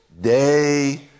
day